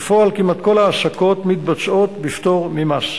בפועל כמעט כל העסקאות מתבצעות בפטור ממס.